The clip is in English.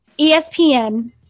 ESPN